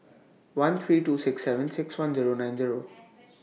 one three two six seven six one Zero nine Zero